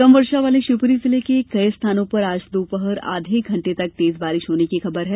कम वर्षा वाले शिवपुरी जिले के कई स्थानों पर आज दोपहर आधे घंटे तक तेज बारिश होने की खबर है